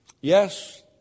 Yes